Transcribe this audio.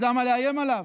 אז למה לאיים עליו?